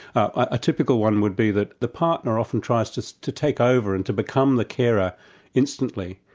a typical one would be that the partner often tries to so to take over and to become the carer instantly,